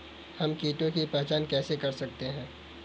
हम कीटों की पहचान कैसे कर सकते हैं?